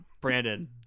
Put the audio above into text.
Brandon